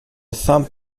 thumb